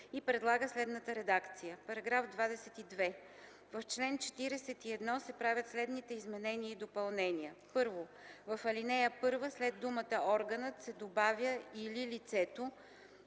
и предлага следната редакция: „§ 22. В чл. 41 се правят следните изменения и допълнения: 1. В ал. 1, след думата „Органът” се добавя „или лицето”,